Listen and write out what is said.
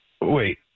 Wait